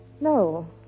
No